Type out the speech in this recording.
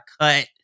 cut